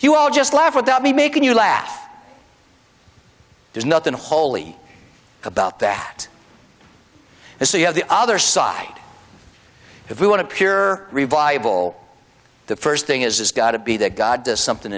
you will just laugh without me making you laugh there's nothing holy about that and so you have the other side if we want to peer revival the first thing is it's got to be that god does something